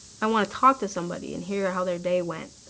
i want to talk to somebody and hear how their day went.